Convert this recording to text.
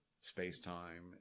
space-time